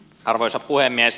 arvoisa puhemies